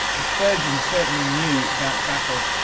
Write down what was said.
and spurgeon certainly knew that battle.